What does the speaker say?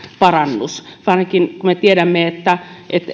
parannus varsinkin kun me tiedämme että